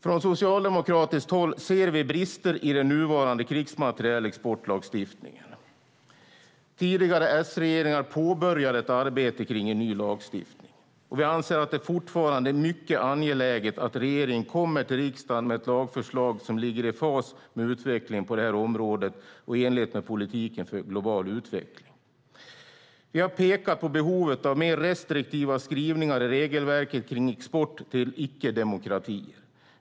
Från socialdemokratiskt håll ser vi brister i den nuvarande krigsmaterielexportlagstiftningen. Tidigare S-regeringar påbörjade ett arbete med en ny lagstiftning, och vi anser att det fortfarande är mycket angeläget att regeringen kommer till riksdagen med ett lagförslag som är i fas med utvecklingen på det här området och i enlighet med politiken för global utveckling. Vi har pekat på behovet av mer restriktiva skrivningar i regelverket när det gäller export till icke-demokratier.